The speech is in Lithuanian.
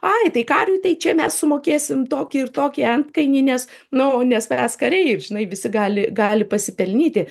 ai tai kariui tai čia mes sumokėsim tokį ir tokį antkainį nes nu nes mes kariai žinai visi gali gali pasipelnyti